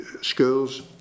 schools